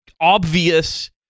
obvious